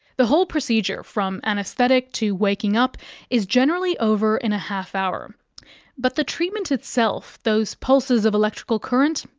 the whole procedure from anaesthetic to waking up is generally over in a half-hour. but the treatment itself, those pulses of electrical current,